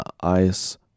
ice